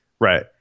Right